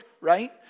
right